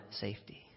safety